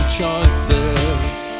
choices